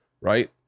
right